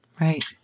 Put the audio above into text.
Right